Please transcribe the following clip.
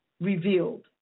revealed